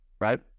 right